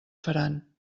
faran